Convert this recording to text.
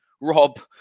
Rob